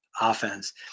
offense